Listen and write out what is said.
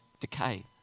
decay